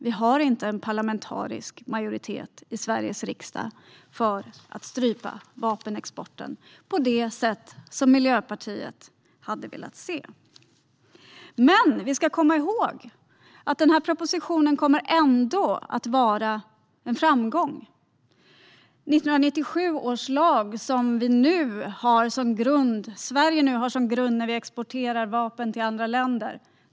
Vi har inte en parlamentarisk majoritet i Sveriges riksdag för att strypa vapenexporten på det sätt som Miljöpartiet hade velat se. Men vi ska komma ihåg att propositionen ändå kommer att vara en framgång. Vi i Sverige grundar oss nu på 1997 års lag när vi exporterar vapen till andra länder.